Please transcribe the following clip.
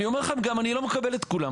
אני גם לא מקבל את כולם,